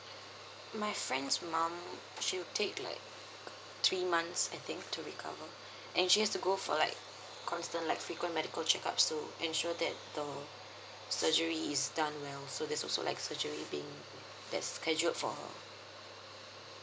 my friend's mum she'll take like three months I think to recover and she has to go for like constant like frequent medical checkups to ensure that the surgery is done well so there's also like surgery being that's scheduled for her